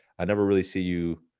i never really see you